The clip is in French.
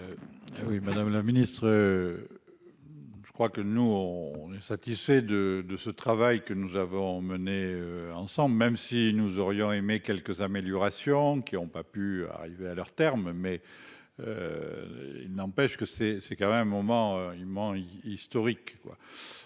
Oui Madame la Ministre. Je crois que nous, on est satisfait de, de ce travail que nous avons menés ensemble même si nous aurions aimé quelques améliorations qui ont pas pu arriver à leur terme mais. Il n'empêche que c'est, c'est quand même un moment il ment historique